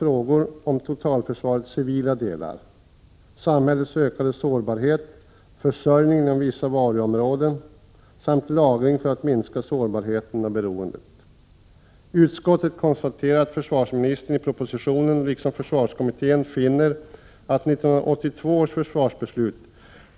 1986/87:133 totalförsvarets civila delar — samhällets ökade sårbarhet, försörjning inom ljuni 1987 vissa varuområden samt lagring för att minska sårbarheten och beroendet. Utskottet konstaterar att försvarsministern i propositionen liksom försvarskommittén finner att 1982 års försvarsbeslut,